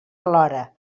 alhora